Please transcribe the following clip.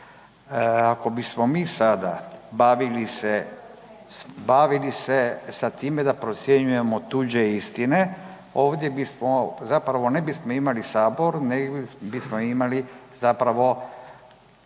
Ako bismo mi sada bavili se sa time da procjenjujemo tuđe istine, ovdje bismo zapravo, ne bismo imali Sabor nego bismo imali zapravo,